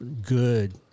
good